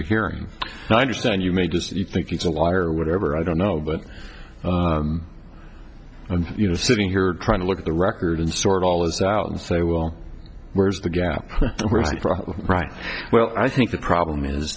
hearing and i understand you may disagree think he's a liar or whatever i don't know but i'm sitting here trying to look at the record and sort all this out and say well where's the gap right well i think the problem is